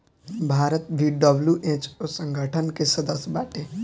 भारत भी डब्ल्यू.एच.ओ संगठन के सदस्य बाटे